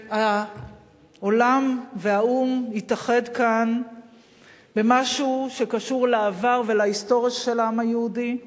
שהעולם והאו"ם התאחד כאן במשהו שקשור לעבר ולהיסטוריה של העם היהודי.